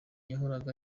yahoraga